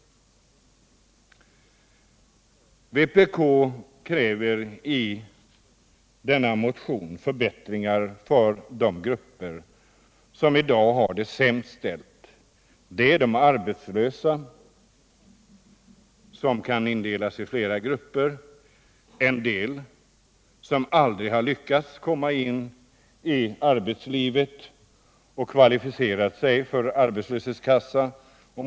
Vpk kräver i denna motion förbättringar för de grupper som i dag har det sämst ställt. Det gäller bl.a. de arbetslösa, som kan indelas i flera grupper. En del har aldrig lyckats komma in i arbetslivet och kvalificera sig för medlemskap i arbetslöshetskassa.